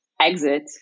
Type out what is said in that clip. exit